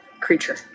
creature